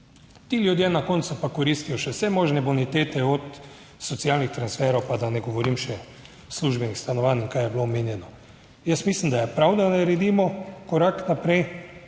Ti ljudje na koncu pa koristijo še vse možne bonitete od socialnih transferov, pa da ne govorim še službenih stanovanj in kaj je bilo omenjeno. Jaz mislim, da je prav, da naredimo korak naprej.